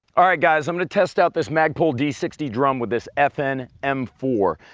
alright guys, i'm gonna test out this magpul d sixty drum with this fn m four.